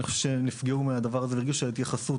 אני חושב שהם נפגעו מהדבר הזה והרגישו שההתייחסות